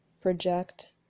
project